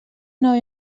nova